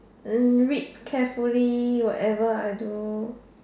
hmm read carefully whatever I do